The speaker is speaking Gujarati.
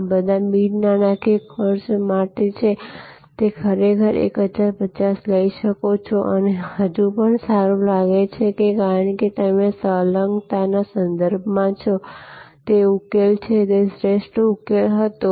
આ બધા બિન નાણાકીય ખર્ચ માટે તમે ખરેખર 1050 લઈ શકો છો અને હજુ પણ સારું લાગે છે કારણ કે તે સંલગ્નતાના સંદર્ભમાં છેતે ઉકેલ છે જે શ્રેષ્ઠ ઉકેલ હતો